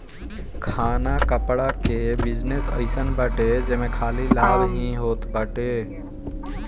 खाना कपड़ा कअ बिजनेस अइसन बाटे जेमे खाली लाभ ही होत बाटे